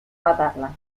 matarla